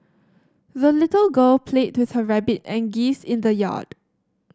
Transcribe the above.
the little girl played with her rabbit and geese in the yard